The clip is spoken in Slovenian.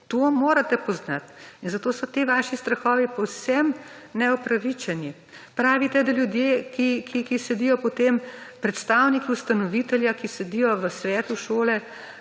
To morate poznati. In zato so ti vaši strahovi povsem neupravičeni. Pravite, da ljudje, ki sedijo, potem predstavniki ustanovitelja, ki sedijo v svetu šole,